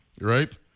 right